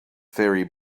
ferry